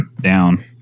down